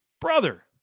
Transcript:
Brother